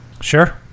Sure